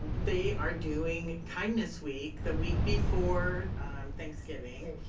they are doing kindness week, the week before thanksgiving,